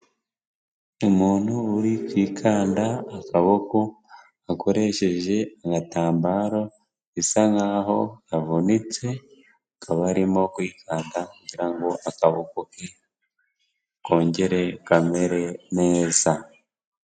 Umuntu uri kwikanda akaboko akoresheje agatambaro, bisa nk'aho yavunitse, akaba arimo kwikata kugira ngo akaboko ke kongere kamere neza.